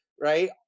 right